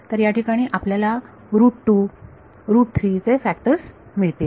तर या ठिकाणी आपल्याला रूट 2 रूट 3 चे फॅक्टर्स मिळतील